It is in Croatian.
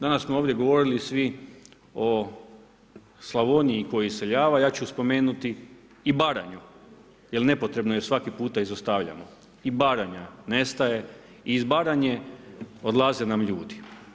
Danas smo ovdje govorili svi o Slavoniji koja iseljava, ja ću spomenuti i Baranju jer nepotrebno je svaki puta izostavljamo, i Baranja nestaje i iz Baranje odlaze nam ljudi.